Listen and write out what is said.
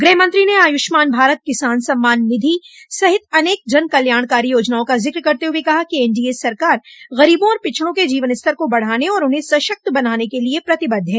गृहमंत्री ने आयुष्मान भारत किसान सम्मान निधि सहित अनेक जनकल्याणकारी योजनाओं का जिक्र करते हुए कहा कि एनडीए सरकार गरीबों और पिछड़ों के जीवनस्तर को बढ़ाने और उन्हें सशक्त बनाने के लिये प्रतिबद्ध है